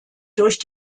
durch